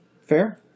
Fair